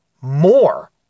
more